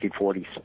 1940s